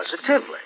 positively